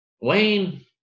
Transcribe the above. Wayne